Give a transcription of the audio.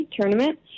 tournament